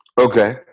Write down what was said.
Okay